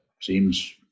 seems